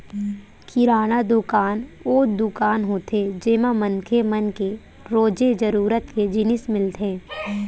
किराना दुकान वो दुकान होथे जेमा मनखे मन के रोजे जरूरत के जिनिस मिलथे